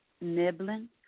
nibbling